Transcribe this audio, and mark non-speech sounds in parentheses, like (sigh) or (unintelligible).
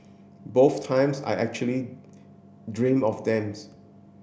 both times I actually dream of (unintelligible)